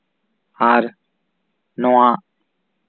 ᱟᱨ ᱱᱚᱣᱟ